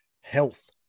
health